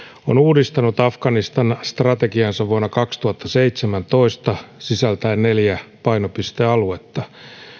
on uudistanut afganistan strategiansa vuonna kaksituhattaseitsemäntoista sisältäen neljä painopistealuetta